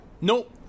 Nope